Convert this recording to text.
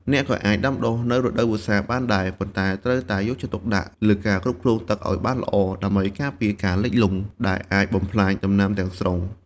អ្នកក៏អាចដាំដុះនៅរដូវវស្សាបានដែរ ប៉ុន្តែត្រូវតែយកចិត្តទុកដាក់លើការគ្រប់គ្រងទឹកឱ្យបានល្អ ដើម្បីការពារការលិចលង់ដែលអាចបំផ្លាញដំណាំទាំងស្រុង។